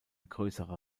größere